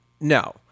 No